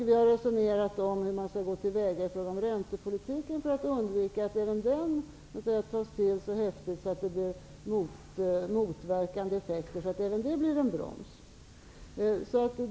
Vi har resonerat om hur man skall gå till väga inom räntepolitiken för att undvika att vända den så häftigt att det blir motsatt effekt och att även det blir en broms.